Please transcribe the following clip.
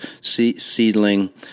Seedling